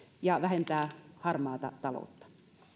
ja vähentää harmaata taloutta